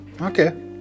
Okay